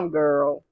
girl